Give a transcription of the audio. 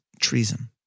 treason